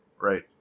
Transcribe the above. right